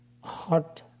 hot